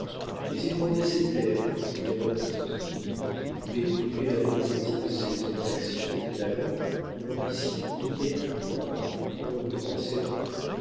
mais il vendait ses terres pour jouer à la bourse il pouvait priver la bourgeoisie de ses hommes d'action et de talent dont l'ambition minait le pouvoir en leur ouvrant ses